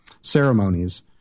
ceremonies